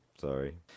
Sorry